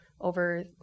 over